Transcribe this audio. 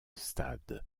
stade